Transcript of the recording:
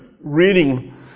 reading